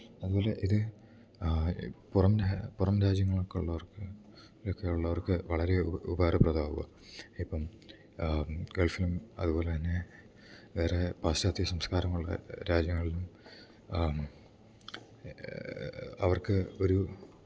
അതുപോലെ ഇത് പുറം പുറം രാജ്യങ്ങളിലൊക്കെ ഉള്ളവർക്ക് ഒക്കെ ഇള്ളവർക്ക് വളരെ ഉപകാരപ്രദം ആവുക ഇപ്പം ഗൾഫിലും അതുപോലെ തന്നെ വേറെ പാശ്ചാത്യ സംസ്കാരങ്ങളുള്ള രാജ്യങ്ങളിലും അവർക്ക് ഒരു